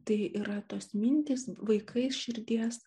tai yra tos mintys vaikai širdies